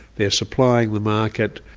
they're supplying the market.